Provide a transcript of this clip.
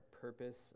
purpose